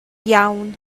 iawn